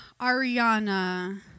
Ariana